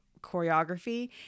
choreography